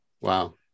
Wow